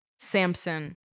Samson